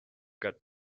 got